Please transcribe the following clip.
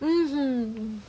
mmhmm hmm hmm